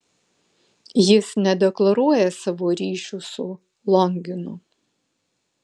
jis nedeklaruoja savo ryšių su longinu